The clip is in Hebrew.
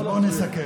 אז בוא נסכם.